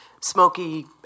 smoky